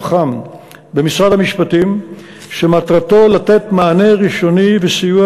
חם במשרד המשפטים שמטרתו לתת מענה ראשוני וסיוע